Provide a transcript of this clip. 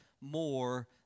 more